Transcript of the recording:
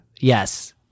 Yes